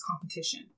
Competition